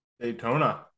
Daytona